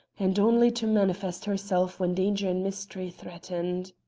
and only to manifest herself when danger and mystery threatened.